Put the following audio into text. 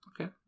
Okay